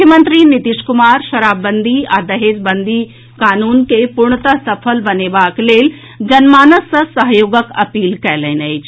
मुख्यमंत्री नीतीश कुमार शराबंदी आ दहेजबंदी कानून के पूर्णतः सफल बनेबाक लेल जनमानस सँ सहयोगक अपील कयलनि अछि